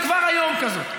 היא כבר היום כזאת,